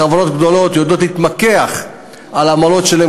חברות גדולות יודעות להתמקח על העמלות שלהן,